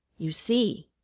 you see!